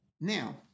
Now